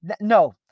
No